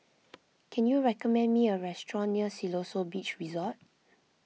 can you recommend me a restaurant near Siloso Beach Resort